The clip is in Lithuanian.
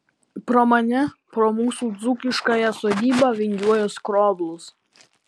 pro mane pro mūsų dzūkiškąją sodybą vingiuoja skroblus